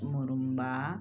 Murumba